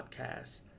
podcast